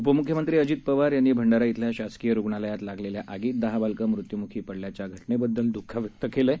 उपम्ख्यमंत्री अजित पवार यांनी भंडारा इथल्या शासकीय रुग्णालयात लागलेल्या आगीत दहा बालकं मृत्यूम्खी पडल्याच्या घटनेबद्दल द्ःख व्यक्त केलं आहे